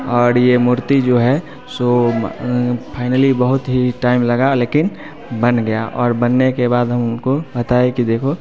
और ये मूर्ति जो है सो फाइनली बहुत ही टाइम लगा लेकिन बन गया और बनने के बाद हम उनको बताए कि देखो